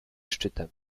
szczytem